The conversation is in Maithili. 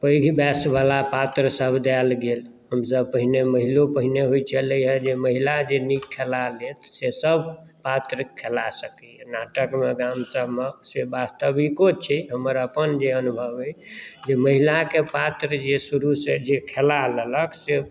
पैघ वयस वाला पात्र सभ देल गेल हमसभ पहिने महिलो पहिने होइत छलियै हँ जे महिला जे नीक खेला लेत से सभ पात्र खेला सकैया नाटकमे गाम सभमे वास्तविको छै हमर अपन जे अनुभव अहि जे महिलाके पात्र जे शुरूसॅं जे खेला लेलक से